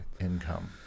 income